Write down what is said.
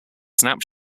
snap